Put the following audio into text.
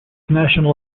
national